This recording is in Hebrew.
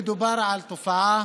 מדובר בתופעה,